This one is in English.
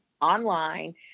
online